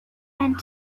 and